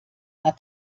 hat